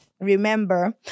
Remember